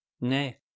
Nay